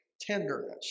Tenderness